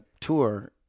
tour